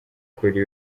kuri